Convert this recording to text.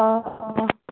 آ آ